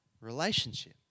relationship